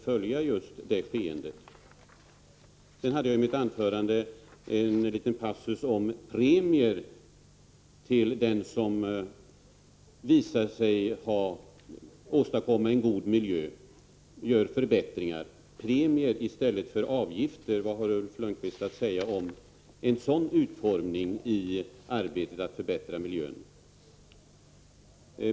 I mitt anförande hade jag en liten passus om premier till den som visar sig åstadkomma god miljö och gör förbättringar. Premier i stället för avgifter — vad har Ulf Lönnqvist att säga om en sådan utformning av arbetet för att förbättra miljön?